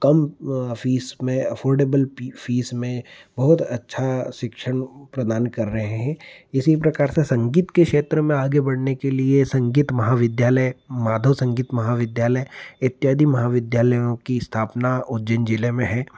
कम fees में affordable पी fees में बहुत अच्छा शिक्षण प्रदान कर रहे हैं इसी प्रकार से संगीत के क्षेत्र में आगे बढ़ने के लिए संगीत महाविद्यालय माधव संगीत महाविद्यालय इत्यादि महाविद्यालयों की स्थापना उज्जैन जिले में है